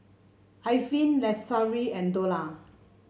Alfian Lestari and Dollah